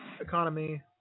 economy